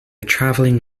traveling